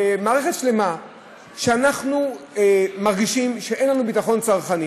למערכת שלמה שאנחנו מרגישים שאין לנו ביטחון צרכני.